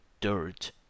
dirt